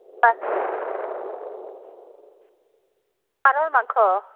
পাৰৰ মাংস